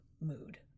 mood